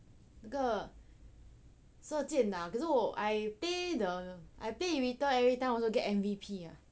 那个射箭啊可是我 I play the I play irithel everytime also get M_V_P